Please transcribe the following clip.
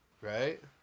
right